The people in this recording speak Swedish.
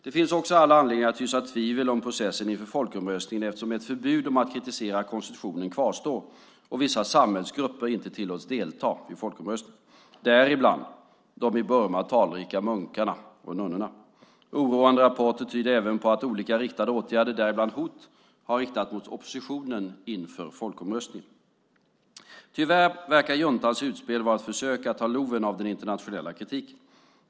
Det finns också all anledning att hysa tvivel om processen inför folkomröstningen eftersom ett förbud om att kritisera konstitutionen kvarstår och vissa samhällsgrupper inte tillåts delta vid folkomröstningen - däribland de i Burma talrika munkarna och nunnorna. Oroande rapporter tyder även på att olika riktade åtgärder, däribland hot, har riktats mot oppositionen inför folkomröstningen. Tyvärr verkar juntans utspel vara ett försök att ta loven av den internationella kritiken.